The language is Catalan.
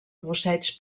busseig